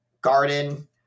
garden